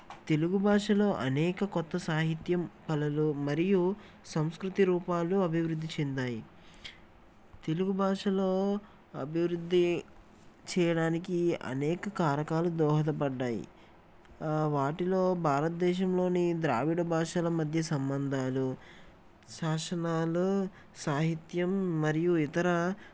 తెలుగు భాషలో అనేక క్రొత్త సాహిత్యం కళలు మరియు సంస్కృతి రూపాలు అభివృద్ధి చెందాయి తెలుగు భాషలో అభివృద్ధి చేయడానికి అనేక కారకాలు దోహదపడ్డాయి వాటిలో భారతదేశంలోని ద్రావిడ భాషల మధ్య సంబంధాలు శాసనాలు సాహిత్యం మరియు ఇతర